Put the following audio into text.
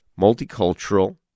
multicultural